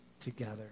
together